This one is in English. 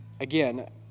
again